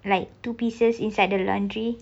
like two pieces inside the laundry